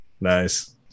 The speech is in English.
Nice